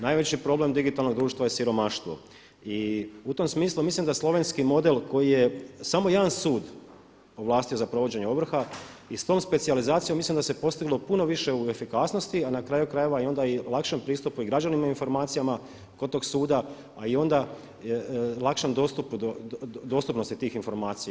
Najveći probleme digitalnog društva je siromaštvo i u tom smislu mislim da slovenski model koji je samo jedan sud ovlastio za provođenje ovrha i s tom specijalizacijom mislim da se postiglo puno više u efikasnosti, a na kraju krajeva i onda i lakšem pristupu i građanima i informacijama kod tog suda, a onda i lakšoj dostupnosti tih informacija.